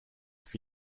have